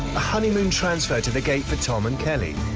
honeymoon transfer to the gate for tom and kelly.